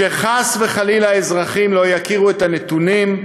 שחס וחלילה אזרחים לא יכירו את הנתונים,